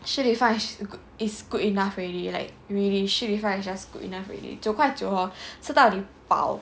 Shi Li Fang is good enough already like really Shi Li Fang is just good enough already 九块九 hor 吃到你饱